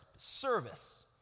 service